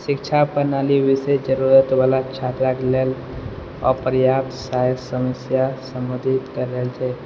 शिक्षा प्रणाली विशेष जरूरत भला छात्राक लेल अपर्याप्त सहायक समस्या सहमति करि रहल छै